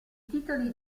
titoli